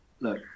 look